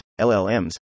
LLMs